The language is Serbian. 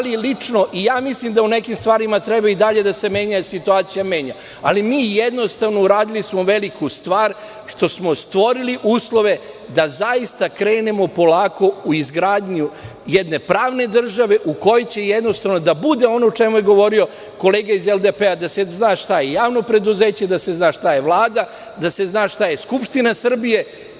Mislim da u nekim stvarima treba i dalje da se menja situacija, ali mi smo jednostavno uradili veliku stvar što smo stvorili uslove da zaista krenemo polako u izgradnju jedne pravne države u kojoj će jednostrano da bude, ono o čemu je govorio kolega iz LDP, da se zna šta je javno preduzeće, da se zna šta je Vlada, da se zna šta je Skupština Srbije.